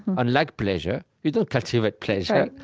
unlike pleasure. you don't cultivate pleasure,